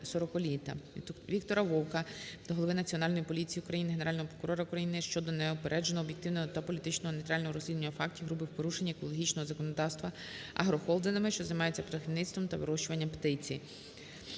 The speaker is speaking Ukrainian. Віктора Вовка до голови Національної поліції України, Генерального прокурора України щодо неупередженого, об'єктивного та політично нейтрального розслідування фактів грубих порушень екологічного законодавстваагрохолдингами, що займаються птахівництвом та вирощуванням птиці.